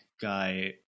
guy